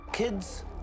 kids